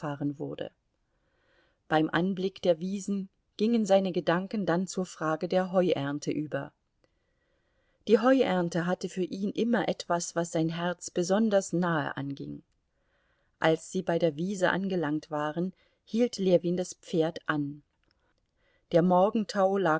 wurde beim anblick der wiesen gingen seine gedanken dann zur frage der heuernte über die heuernte hatte für ihn immer etwas was sein herz besonders nahe anging als sie bei der wiese angelangt waren hielt ljewin das pferd an der morgentau lag